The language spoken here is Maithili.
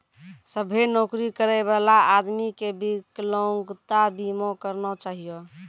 सभ्भे नौकरी करै बला आदमी के बिकलांगता बीमा करना चाहियो